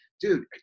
dude